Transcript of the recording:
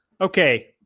Okay